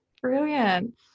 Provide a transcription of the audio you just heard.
Brilliant